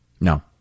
No